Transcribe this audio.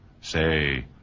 Say